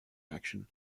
action